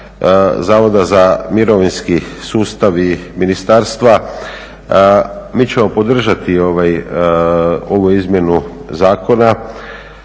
Zavoda za mirovinski sustav i ministarstva mi ćemo podržati ovu izmjenu zakona